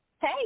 Hey